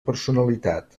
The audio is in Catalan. personalitat